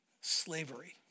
slavery